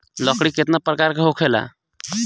लकड़ी केतना परकार के होखेला